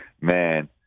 man